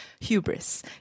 hubris